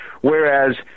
Whereas